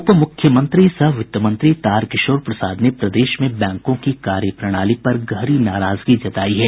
उपमुख्यमंत्री सह वित्त मंत्री तारकिशोर प्रसाद ने प्रदेश में बैंकों की कार्य प्रणाली पर गहरी नाराजगी जतायी है